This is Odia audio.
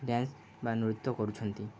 ଡ଼୍ୟାନ୍ସ ବା ନୃତ୍ୟ କରୁଛନ୍ତି